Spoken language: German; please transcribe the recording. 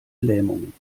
lähmungen